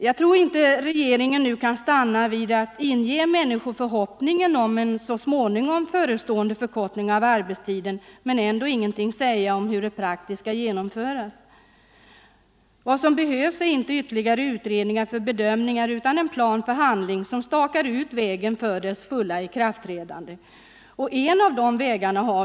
Regeringen kan inte nu stanna vid att inge människor förhoppningen om en så småningom inträdande förkortning av arbetstiden men ändå ingenting säga om hur denna förkortning praktiskt skall genomföras. Vad som behövs är inte ytterligare utredningar för bedömningar utan en plan för handling som stakar ut vägen för dess fulla ikraftträdande.